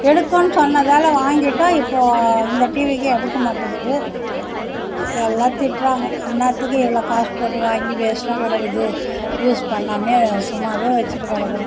எடுக்குன்னு சொன்னதால் வாங்கிட்டோம் இப்போ இந்த டிவிக்கு எடுக்க மாட்டுக்குது எல்லா திட்டுறாங்க என்னாத்துக்கு இவ்வளோ காசு போட்டு வாங்கி வேஸ்ட்டாக கிடக்குது யூஸ் சும்மாவே வச்சிட்டு கிடக்கறோம்